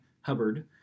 Hubbard